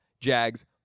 Jags